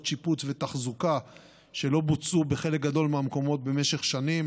שיפוץ ותחזוקה שלא בוצעו בחלק גדול מהמקומות במשך שנים,